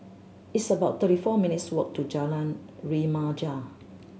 it's about thirty four minutes' walk to Jalan Remaja